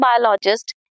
biologist